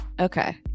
Okay